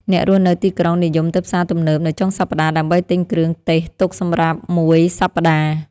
អ្នករស់នៅទីក្រុងនិយមទៅផ្សារទំនើបនៅចុងសប្តាហ៍ដើម្បីទិញគ្រឿងទេសទុកសម្រាប់មួយសប្តាហ៍។